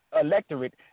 electorate